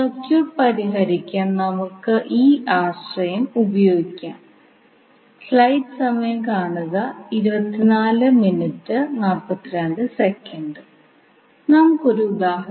ഇപ്പോൾ നമുക്ക് ഇന്റെ മൂല്യം കണ്ടെത്താൻ ശ്രമിക്കാം